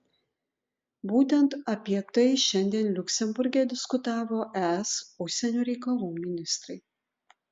būtent apie tai šiandien liuksemburge diskutavo es užsienio reikalų ministrai